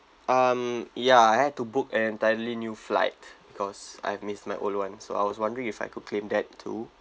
um ya I had to book an entirely new flight because I missed my old [one] so I was wondering if I could claim that too